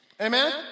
Amen